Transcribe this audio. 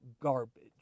Garbage